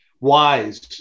wise